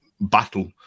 battle